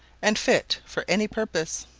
and fit for any purpose.